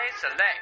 Select